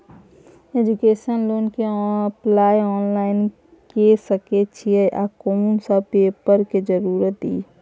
Education loan के apply online के सके छिए आ कोन सब पेपर के जरूरत इ?